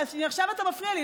עכשיו אתה מפריע לי,